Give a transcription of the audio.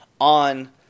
on